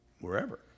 wherever